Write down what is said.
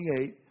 28